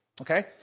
okay